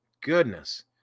goodness